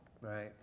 right